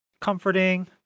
comforting